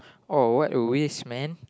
oh what a waste man